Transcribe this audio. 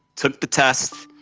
took the test,